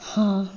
हँ